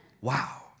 Wow